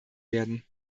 werden